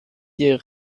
hier